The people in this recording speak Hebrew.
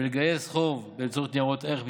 ולגייס חוב באמצעות ניירות ערך מסחריים,